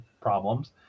problems